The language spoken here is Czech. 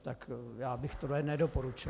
Tak já bych tohle nedoporučoval.